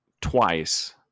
twice